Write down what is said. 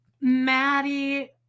Maddie